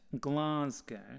Glasgow